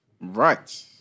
Right